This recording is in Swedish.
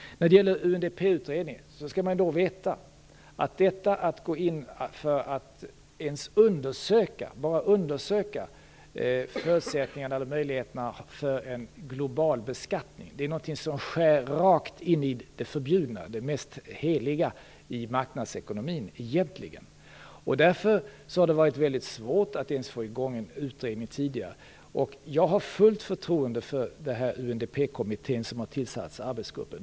När det gäller UNDP-utredningen skall man veta att bara att undersöka förutsättningarna eller möjligheterna för en global beskattning är någonting som skär rakt in i det förbjudna, i det mest heliga i marknadsekonomin egentligen. Därför har det varit mycket svårt att ens få i gång en utredning tidigare. Jag har fullt förtroende för UNDP-kommittén som har tillsatt arbetsgrupper.